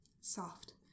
soft